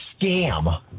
scam